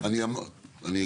למה לה